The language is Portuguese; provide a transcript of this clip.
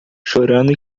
chorando